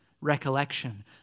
recollection